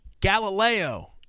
Galileo